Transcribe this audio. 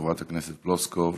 חברת הכנסת פלוסקוב,